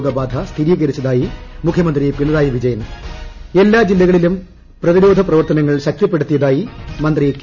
രോഗബാധ സ്മീരീകരിച്ചതായി മുഖ്യമന്ത്രി പിണറായി വിജയൻ എല്ലാ ്ജി്ല്ലകളിലും പ്രതിരോധ പ്രവർത്തനങ്ങൾ ശക്തിപ്പെടുത്തിയതായി മന്ത്രി കെ